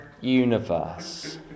universe